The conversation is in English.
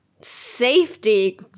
Safety